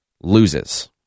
Loses